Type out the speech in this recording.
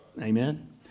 amen